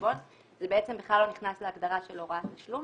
חשבון בכלל לא נכנסות להגדרה של הוראת תשלום,